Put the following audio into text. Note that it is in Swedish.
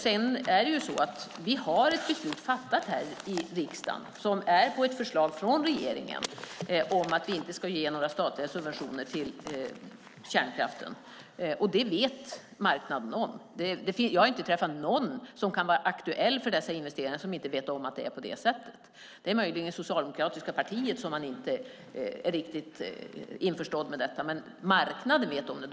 Sedan är ett beslut fattat här i riksdagen, efter ett förslag från regeringen om att vi inte ska ge några statliga subventioner till kärnkraften. Det vet marknaden om. Jag har inte träffat någon som kan vara aktuell för dessa investeringar som inte vet att det är på det sättet. Det är möjligen i det socialdemokratiska partiet som man inte är riktigt införstådd med detta. Men marknaden vet om det.